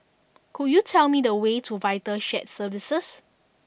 could you tell me the way to Vital Shared Services